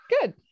Good